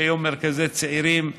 יש היום מרכזי צעירים,